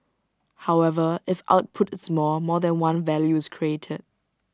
however if output is more more than one value is created